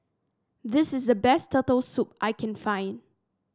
this is the best Turtle Soup that I can find